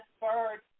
Bird